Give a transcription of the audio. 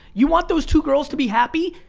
you want those two girls to be happy?